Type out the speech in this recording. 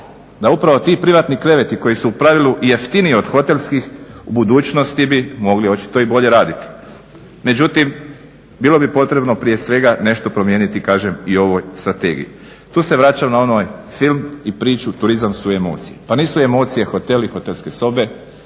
da upravo ti privatni kreveti koji su u pravilu jeftiniji od hotelskih u budućnosti bi mogli očito i bolje raditi. Međutim, bilo bi potrebno prije svega nešto promijeniti kažem i u ovoj strategiji. Tu se vraćam na onaj film i priču turizam su emocije. Pa nisu emocije hoteli i hotelske sobe,